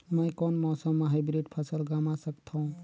मै कोन मौसम म हाईब्रिड फसल कमा सकथव?